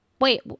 wait